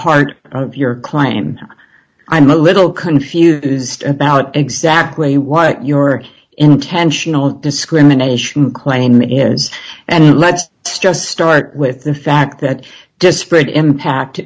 heart of your claim i'm a little confused about exactly what your intentional discrimination claim is and let's just start with the fact that disparate impact